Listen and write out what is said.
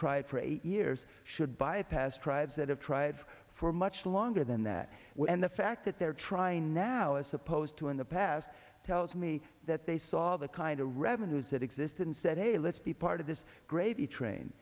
tried for eight years should bypass tribes that have tried for much longer than that and the fact that they're trying now as opposed to in the past tells me that they saw the kind of revenues that existed and said hey let's be part of this gravy train